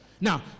Now